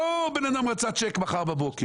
לא שאדם רצה צ'ק מחר בבוקר.